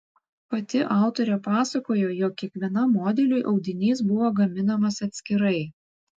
pati autorė pasakojo jog kiekvienam modeliui audinys buvo gaminamas atskirai